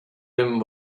him